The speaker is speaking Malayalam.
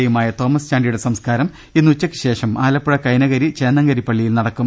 എ യുമായ തോമസ് ചാ ണ്ടിയുടെ സംസ്കാരം ഇന്ന് ഉച്ചയ്ക്ക്ശേഷം ആലപ്പുഴ കൈനകരി ചേന്ന ങ്കരി പള്ളിയിൽ നടക്കും